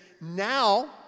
Now